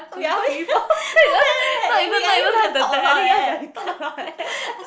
two three four not even not even half the deck I think ya sia we talk a lot leh